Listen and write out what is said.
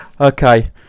Okay